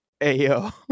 Ayo